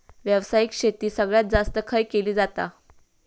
व्यावसायिक शेती सगळ्यात जास्त खय केली जाता?